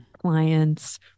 clients